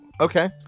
okay